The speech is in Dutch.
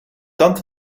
tand